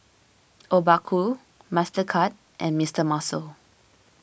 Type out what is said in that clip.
Obaku Mastercard and Mister Muscle